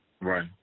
Right